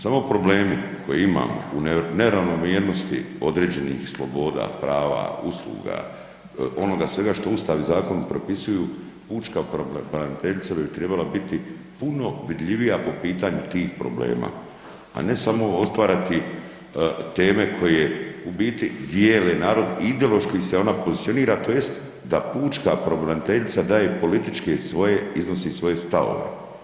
Samo problemi koje imamo u neravnomjernosti određenih sloboda, prava, usluga onoga svega što Ustav i zakoni propisuju, pučka pravobraniteljica bi trebala biti puno vidljivija po pitanju tih problema, a ne samo otvarati teme koje u biti dijele narod i ideološki se ona pozicionira tj. da pučka pravobraniteljica daje političke svoje iznosi svoje stavove.